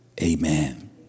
Amen